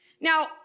Now